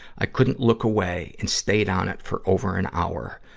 i couldn't look away and stayed on it for over an hour.